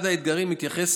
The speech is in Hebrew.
אחד האתגרים מתייחס,